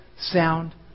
sound